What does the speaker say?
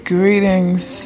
Greetings